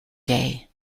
day